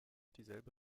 dieselbe